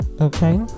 Okay